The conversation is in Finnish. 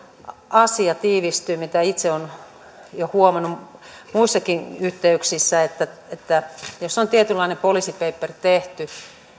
asia tiivistyy mitä itse olen jo huomannut muissakin yh teyksissä että että jos on tietynlainen poliisi paperi tehty